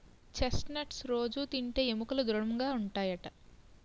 chest nuts రొజూ తింటే ఎముకలు దృడముగా ఉంటాయట